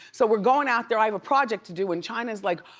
so we're going out there, i have a project to do and chyna's like,